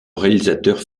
réalisateur